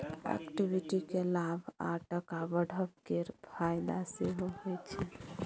equity केँ लाभ आ टका बढ़ब केर फाएदा सेहो होइ छै